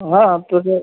हा तसं